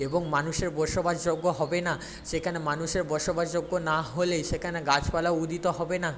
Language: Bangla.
এবং মানুষের বসবাস যোগ্য হবে না সেখানে মানুষের বসবাস যোগ্য না হলে সেখানে গাছপালা উদিত হবে না